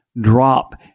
drop